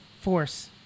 force